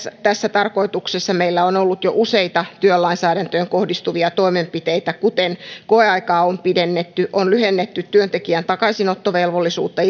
tässä tarkoituksessa meillä on ollut jo useita työlainsäädäntöön kohdistuvia toimenpiteitä kuten koeaikaa on pidennetty on lyhennetty työntekijän takaisinottovelvollisuutta